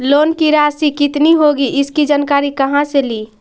Loan की रासि कितनी होगी इसकी जानकारी कहा से ली?